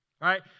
Right